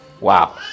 Wow